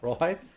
right